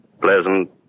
pleasant